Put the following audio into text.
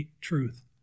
truth